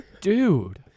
Dude